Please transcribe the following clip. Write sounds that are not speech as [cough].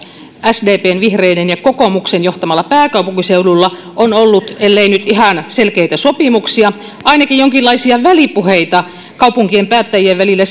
sdpn vihreiden ja kokoomuksen johtamalla pääkaupunkiseudulla on ollut ellei nyt ihan selkeitä sopimuksia ainakin jonkinlaisia välipuheita kaupunkien päättäjien välillä [unintelligible]